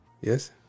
Yes